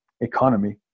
economy